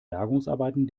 bergungsarbeiten